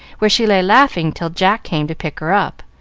where she lay laughing till jack came to pick her up.